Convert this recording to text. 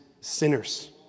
sinners